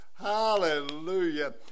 Hallelujah